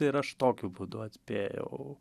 ir aš tokiu būdu atspėjau